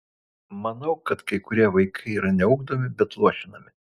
manau kad kai kurie vaikai yra ne ugdomi bet luošinami